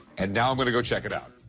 and now i'm going to go check it out.